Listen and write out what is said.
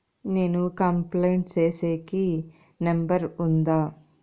నేను కంప్లైంట్ సేసేకి నెంబర్ ఉందా?